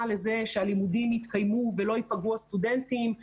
לכך שהלימודים יתקיימו והסטודנטים לא ייפגעו,